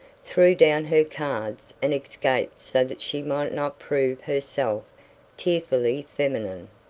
threw down her cards and escaped so that she might not prove herself tearfully feminine.